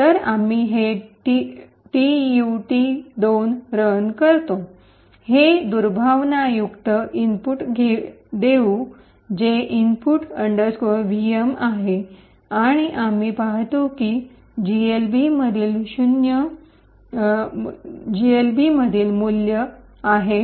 तर आम्ही हे टीयुटी २ रन करतो हे दुर्भावनायुक्त इनपुट देऊ जे इनपुट व्हीएम आहे आणि आम्ही पाहतो की जीएलबी मधील मूल्य आहे